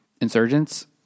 insurgents